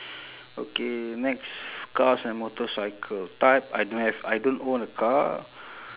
okay next cars and motorcycle but I don't have I don't own a car